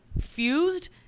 fused